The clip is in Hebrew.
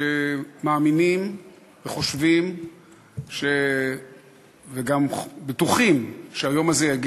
שמאמינים וחושבים וגם בטוחים שיגיע היום הזה,